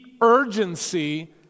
urgency